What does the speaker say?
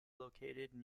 located